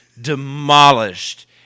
demolished